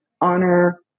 honor